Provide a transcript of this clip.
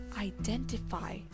identify